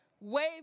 wave